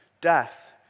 death